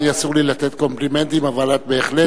אני, אסור לי לתת קומפלימנטים, אבל את בהחלט